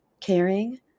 caring